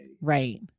Right